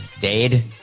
Dade